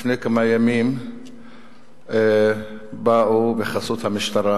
לפני כמה ימים באו בחסות המשטרה